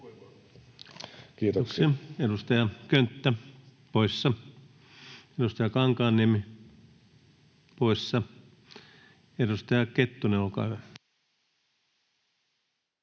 Kiitoksia. — Edustaja Könttä poissa, edustaja Kankaanniemi poissa. — Edustaja Kettunen, olkaa hyvä.